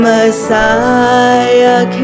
Messiah